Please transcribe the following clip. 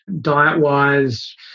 Diet-wise